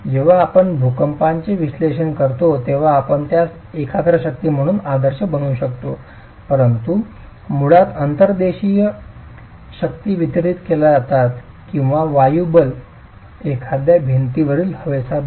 जेव्हा आपण भूकंपाचे विश्लेषण करतो तेव्हा आपण त्यास एकाग्र शक्ती म्हणून आदर्श बनवू शकतो परंतु मुळात अंतर्देशीय शक्ती वितरीत केल्या जातात किंवा वायु बल एखाद्या भिंतीवरील हवेचा दाब